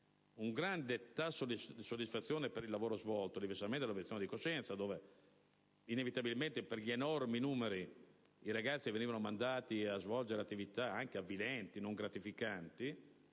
un grande tasso di soddisfazione per il lavoro svolto, diversamente dall'obiezione di coscienza, dove inevitabilmente, a causa degli enormi numeri, i ragazzi venivano mandati a svolgere attività anche avvilenti, non gratificanti